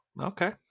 okay